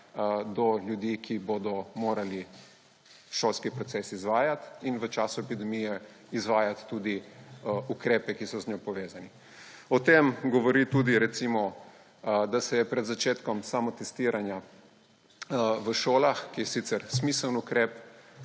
do ljudi, ki bodo morali šolski proces izvajati in v času epidemije izvajati tudi ukrepe, ki so z njo povezani. O tem govori tudi recimo to, da se je pred začetkom samotestiranja v šolah, kar je sicer smiseln ukrep,